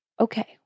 okay